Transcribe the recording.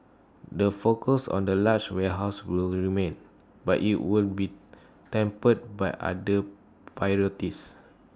the focus on the large warehouses will remain but IT will be tempered by other priorities